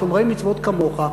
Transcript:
ושומרי מצוות כמוך,